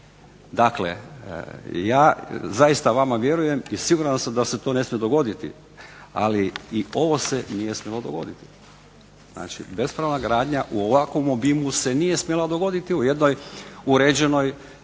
Dakle, ja zaista vama vjerujem i siguran sam da se to ne smije dogoditi. Ali i ovo se nije smjelo dogoditi. Znači, bespravna gradnja u ovakvom obimu se nije smjela dogoditi u jednoj uređenoj